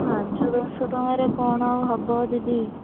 ପାଞ୍ଚ ଦଶ ଟଙ୍କାରେ କ'ଣ ଆଉ ହେବ ଦିଦି